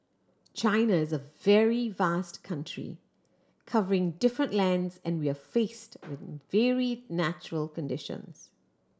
China is a very vast country covering different lands and we are faced with vary natural conditions